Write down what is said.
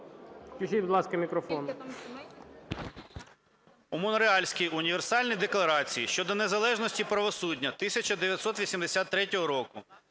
У Монреальській універсальній декларації щодо незалежності правосуддя 1983 року